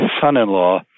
son-in-law